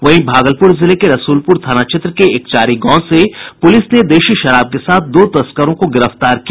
वहीं भागलपुर जिले में रसलपुर थाना क्षेत्र के एकचारी गांव से पुलिस ने देशी शराब के साथ दो तस्करों को गिरफ्तार किया